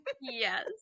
yes